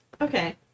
Okay